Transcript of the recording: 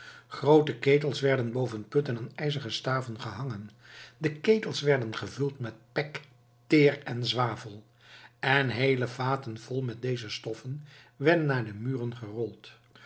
groote ketels werden boven putten aan ijzeren staven gehangen de ketels werden gevuld met pek teer en zwavel en heele vaten vol met deze stoffen werden naar de muren gerold